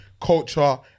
culture